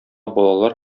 балалар